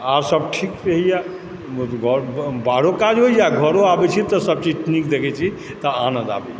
आओर सभ ठीक रहैए बाहरो काज होइए घरो अबैत छी तऽ सभ चीज नीक देखैत छी तऽ आनन्द आबैए